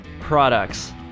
products